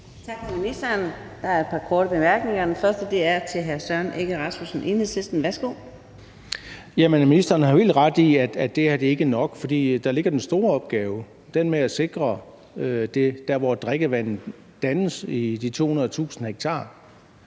Tak til ministeren. Der er et par korte bemærkninger, og den første er til hr. Søren Egge Rasmussen, Enhedslisten. Værsgo. Kl. 14:33 Søren Egge Rasmussen (EL): Ministeren har jo helt ret i, at det her ikke er nok, for der ligger den store opgave med at sikre de steder, hvor drikkevandet dannes, i de 200.000 ha.